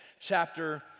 chapter